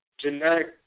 generic